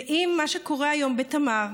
ועם מה שקורה היום בתמר,